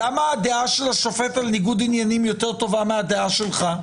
למה הדעה של השופט על ניגוד עניינים יותר טובה מהדעה שלך?